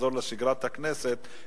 שנחזור לשגרת הכנסת,